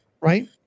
right